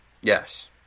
Yes